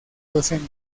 docente